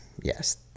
Yes